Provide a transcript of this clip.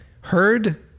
heard